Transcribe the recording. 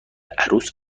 عروس